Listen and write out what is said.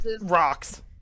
rocks